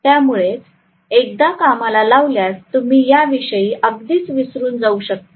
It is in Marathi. त्यामुळेच एकदा कामाला लावल्यास तुम्ही याविषयी अगदीच विसरून जाऊ शकता